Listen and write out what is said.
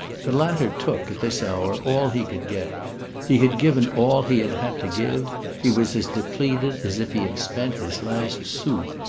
the latter took, at this hour, all he could get he had given all he had had to give he was as depleted as if he had spent his last sou.